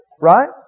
Right